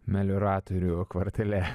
melioratorių kvartale